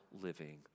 living